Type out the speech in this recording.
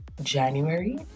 January